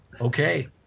okay